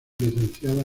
licenciada